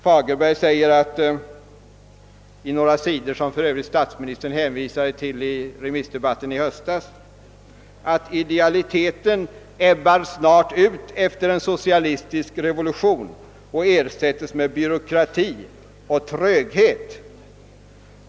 Fagerberg säger på några sidor, som för övrigt statsministern hänvisade till i remissdebatten i höstas, att idealiteten snart ebbar ut efter en socialistisk revolution och ersätts med byråkrati och tröghet.